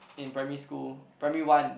in primary school primary one